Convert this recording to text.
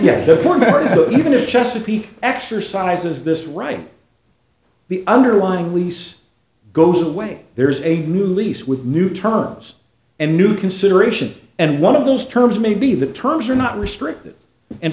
if chesapeake exercises this right the underlying lease goes away there's a new lease with new terms and new consideration and one of those terms may be the terms are not restricted in